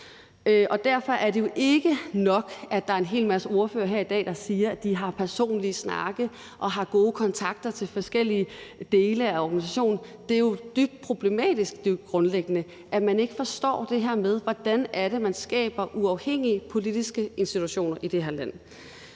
Derfor er det jo ikke nok, at der er en hel masse ordførere i dag, der siger, at de har personlige snakke og gode kontakter til forskellige dele af organisationen. Det er jo grundlæggende dybt problematisk, at man ikke forstår, hvordan det er, man skaber uafhængige politiske institutioner i det her land.